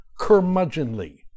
curmudgeonly